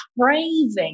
craving